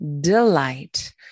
delight